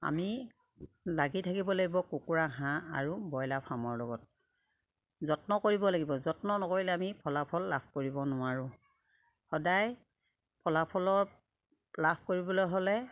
আমি লাগি থাকিব লাগিব কুকুৰা হাঁহ আৰু ব্ৰইলাৰ ফাৰ্মৰ লগত যত্ন কৰিব লাগিব যত্ন নকৰিলে আমি ফলাফল লাভ কৰিব নোৱাৰোঁ সদায় ফলাফলৰ লাভ কৰিবলৈ হ'লে